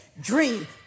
dream